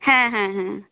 হ্যাঁ হ্যাঁ হ্যাঁ